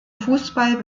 fußball